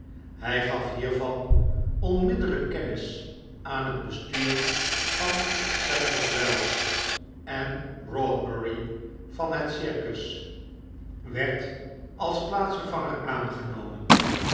hij gaf hiervan onmiddeliyk kennis aan het bestuur van sadler's wells en broadbury van het circus werd als plaatsvervanger aangenomen